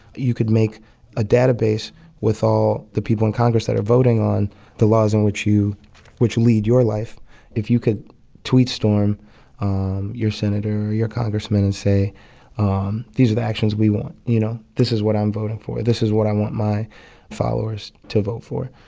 you could make a database with all the people in congress that are voting on the laws in which you which lead your life if you could tweet-storm um your senator or your congressman and say um these are the actions we want, you know. this is what i'm voting for. this is what i want my followers to vote for,